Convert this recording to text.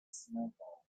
snowballs